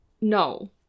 No